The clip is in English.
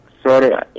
Sorry